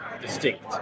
Distinct